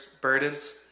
burdens